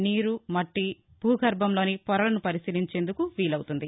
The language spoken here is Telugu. నీరు మట్టి భూగర్భంలోపొరలను పరిశీలించేందుకు వీలవుతుంది